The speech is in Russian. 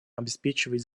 обеспечивать